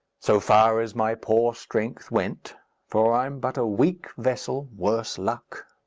so far as my poor strength went for i'm but a weak vessel, worse luck!